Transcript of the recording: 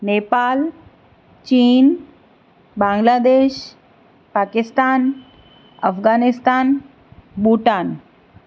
Nepal China Bangladesh Pakistan Afghanistan Bhutan